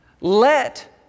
Let